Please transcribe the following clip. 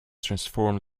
transformed